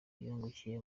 yungukiye